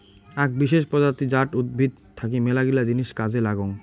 আক বিশেষ প্রজাতি জাট উদ্ভিদ থাকি মেলাগিলা জিনিস কাজে লাগং